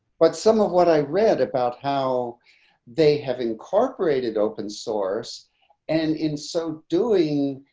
but some of what i read about how they have incorporated open source and in so doing,